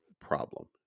problem